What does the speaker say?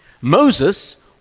Moses